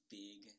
big